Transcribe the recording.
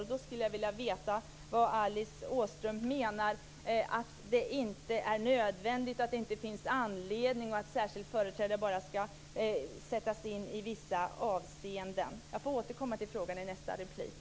Jag skulle vilja veta vad Alice Åström menar med att det inte är nödvändigt och att det inte finns anledning att utse företrädare annat än i vissa fall. Jag får återkomma till frågan i nästa replik.